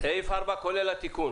סעיף 4 כולל התיקון